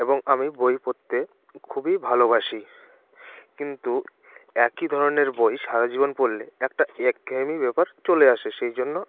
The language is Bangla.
এবং আমি বই পরতে খুবই ভালোবাসি কিন্তু একই ধরনের বই সারা জীবন পড়লে একটা একঘেয়েমি ব্যাপার চলে আসে সেই জন্য